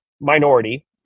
minority